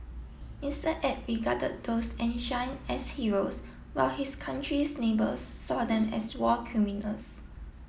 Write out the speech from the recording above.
Mister Abe regarded those enshrine as heroes while his country's neighbors saw them as war criminals